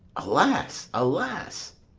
alas, alas!